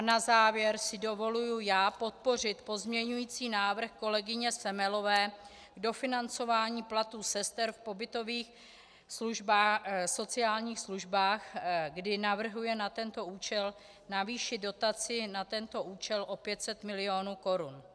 Na závěr si dovoluji já podpořit pozměňovací návrh kolegyně Semelové k dofinancování platů sester v pobytových sociálních službách, kdy navrhuje na tento účel navýšit dotaci o 500 milionů korun.